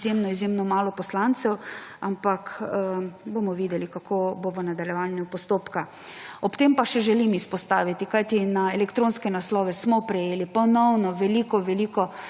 izjemno malo poslancev, ampak bomo videli, kako bo v nadaljevanju postopka. Ob tem pa še želim povedati, ker smo na elektronske naslove prejeli ponovno veliko